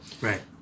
Right